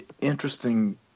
interesting